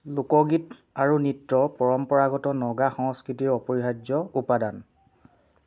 লোকগীত আৰু নৃত্য পৰম্পৰাগত নগা সংস্কৃতিৰ অপৰিহাৰ্য উপাদান